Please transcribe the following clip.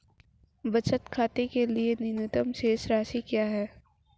बचत खाते के लिए न्यूनतम शेष राशि क्या है?